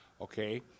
Okay